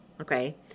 okay